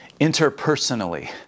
interpersonally